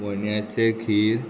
वोणयाचें खीर